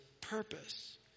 purpose